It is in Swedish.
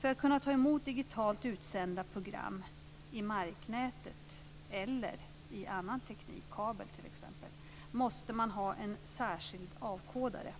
För att kunna ta emot digitalt utsända program i marknätet eller med annan teknik, t.ex. via kabel, måste man ha en särskild avkodare.